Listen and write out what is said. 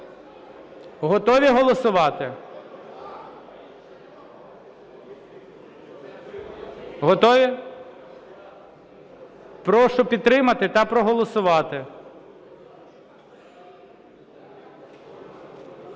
Готові голосувати? Готові? Прошу підтримати та проголосувати.